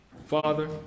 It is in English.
Father